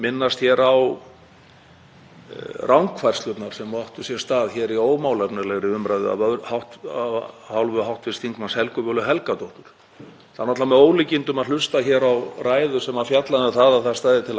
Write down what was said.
Það er með ólíkindum að hlusta hér á ræðu sem fjallaði um að það stæði til að fækka rannsakendum og senda þá alla til eins sýslumannsembættis. Þetta er ekki umræða, virðulegur forseti, sem kemur okkur áfram.